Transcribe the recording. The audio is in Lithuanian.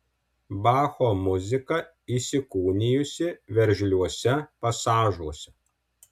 bacho muzika įsikūnijusi veržliuose pasažuose